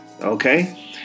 okay